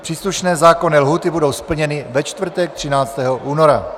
Příslušné zákonné lhůty budou splněny ve čtvrtek 13. února.